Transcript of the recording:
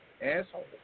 asshole